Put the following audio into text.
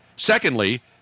Secondly